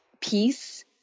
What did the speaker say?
peace